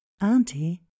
Auntie